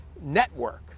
network